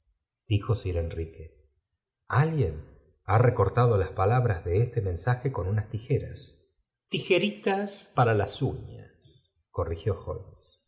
dijo sir enrique alguien ha re cortado las palabras de este mensaje con unas ti fti enta para las uñas corrigió